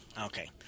Okay